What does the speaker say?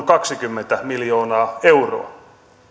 kaksikymmentä miljoonaa euroa